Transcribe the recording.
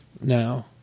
now